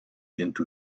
into